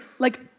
like,